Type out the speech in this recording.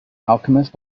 alchemist